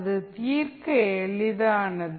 அது தீர்க்க எளிதானது